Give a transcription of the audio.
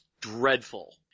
dreadful